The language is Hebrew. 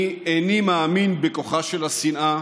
אני איני מאמין בכוחה של השנאה,